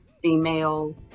female